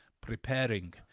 preparing